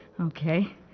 Okay